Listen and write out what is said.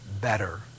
better